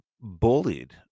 bullied